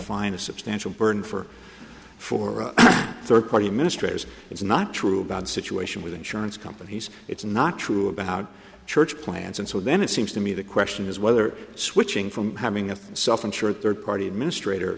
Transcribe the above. find a substantial burden for for a third party administrators it's not true about the situation with insurance companies it's not true about church plans and so then it seems to me the question is whether switching from having a self insured third party administrator